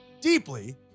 deeply